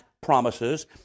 promises